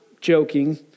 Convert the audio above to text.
joking